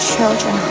Children